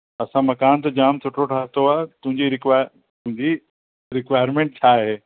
असां मकान त जाम सुठो ठातो आहे तुंहिंजी रिक्वाएर जी रिक्वाएरमेंट छा आहे